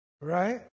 right